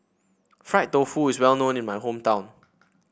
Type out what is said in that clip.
Fried Tofu is well known in my hometown